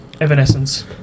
Evanescence